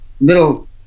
little